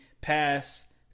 pass